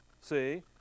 see